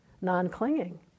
non-clinging